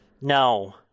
No